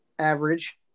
average